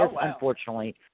unfortunately